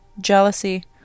jealousy